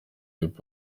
hip